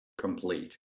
complete